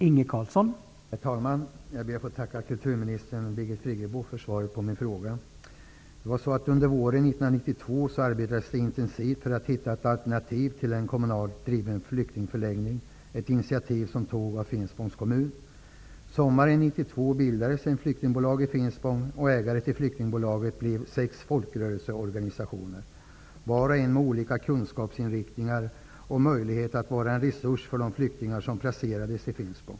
Herr talman! Jag ber att få tacka kulturminister Birgit Friggebo för svaret på min fråga. Under våren 1992 arbetades det intensivt för att hitta ett alternativ till en kommunalt driven flyktingförläggning. Initiativet togs av Finspångs kommun. Sommaren 1992 bildades ett flyktingbolag i Finspång. Ägare till detta blev sex folkrörelseorganisationer -- var och en med olika kunskapsinriktningar och möjligheter att vara en resurs för de flyktingar som placerades i Finspång.